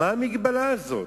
למה המגבלה הזאת?